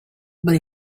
but